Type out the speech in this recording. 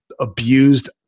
abused